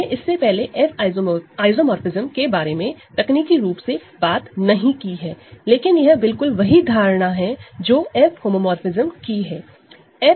मैंने इससे पहले F आइसोमोरफ़िज्म के बारे में तकनीकी रूप से बात नहीं की है लेकिन यह बिल्कुल वही धारणा है जो F होमोमोरफ़िज्म की है